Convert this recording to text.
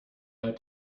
out